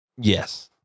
Yes